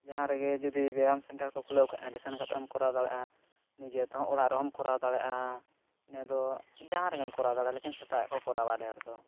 ᱡᱟᱦᱟᱸ ᱨᱮᱜᱮ ᱡᱩᱫᱤ ᱵᱮᱭᱟᱢ ᱠᱚ ᱠᱷᱩᱞᱟᱹᱣ ᱠᱟᱜᱼᱟ ᱚᱸᱰᱮᱠᱷᱟᱱ ᱥᱮᱱ ᱠᱟᱛᱮᱫ ᱮᱢ ᱠᱚᱨᱟᱣ ᱫᱟᱲᱮᱭᱟᱜᱼᱟ ᱱᱤᱡᱮ ᱛᱮᱦᱚᱸ ᱚᱲᱟᱜ ᱨᱮᱦᱚᱢ ᱠᱚᱨᱟᱣ ᱫᱟᱲᱮᱭᱟᱜᱼᱟ ᱤᱱᱟᱹᱫᱚ ᱡᱟᱦᱟᱸ ᱨᱮᱜᱮᱢ ᱠᱚᱨᱟᱣ ᱫᱟᱲᱮᱭᱟᱜᱼᱟ ᱞᱮᱠᱤᱱ ᱥᱮᱛᱟᱜ ᱜᱮᱠᱚ ᱠᱚᱨᱟᱣᱟ ᱰᱷᱮᱨ ᱫᱚ